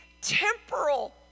temporal